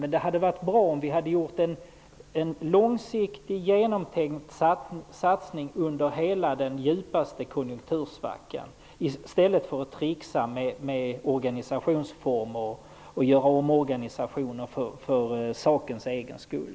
Men det hade varit bra om vi hade gjort en långsiktig och genomtänkt satsning under den djupaste konjunktursvackan i stället för att trixa med organisationsformer och göra omorganisationer för sakens egen skull.